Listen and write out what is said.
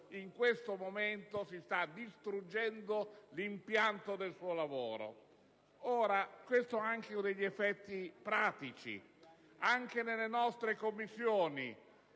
in questo momento si sta distruggendo l'impianto del suo lavoro. Tale vicenda ha anche alcuni effetti pratici sul lavoro delle nostre Commissioni.